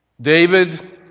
David